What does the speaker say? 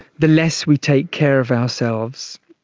the less we take care of ourselves,